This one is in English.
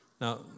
Now